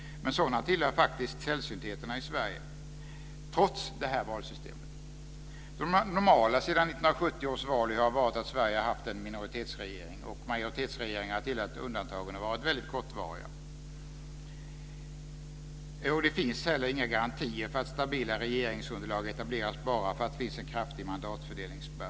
Men sådana tillhör faktiskt sällsyntheterna i Sverige, trots detta valsystem. Det normala sedan 1970 års val har varit att Sverige har en minoritetsregering. Majoritetsregeringar har tillhört undantagen, och de har varit kortvariga. Det finns heller inga garantier för att stabila regeringsunderlag etableras bara för att det finns en kraftig mandatfördelningsspärr.